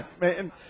Man